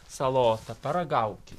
salota paragaukit